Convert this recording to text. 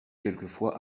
quelquefois